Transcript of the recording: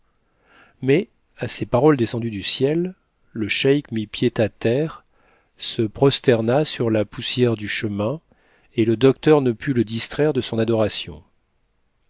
mais à ces paroles descendues du ciel le cheik mit pied à terre se prosterna sur la poussière du chemin et le docteur ne put le distraire de son adoration